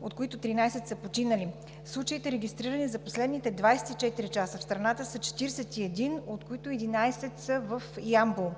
от които 13 са починали. Случаите, регистрирани за последните 24 часа в страната, са 41, от които 11 са в Ямбол.